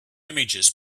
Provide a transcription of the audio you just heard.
images